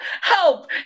help